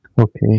Okay